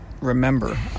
remember